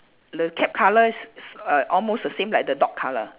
the cap colour is s~ uh almost the same as the dog colour